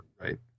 Right